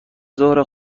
زهره